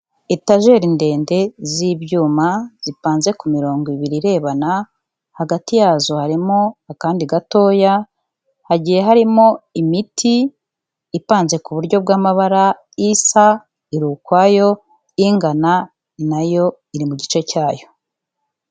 Etajeri ndende z'ibyuma zipanze ku mirongo ibiri irebana, hagati yazo harimo akandi gatoya hagiye harimo imiti ipanze ku buryo bw'amabara, isa iri ukwayo ingana nayo iri mu gice cyayo.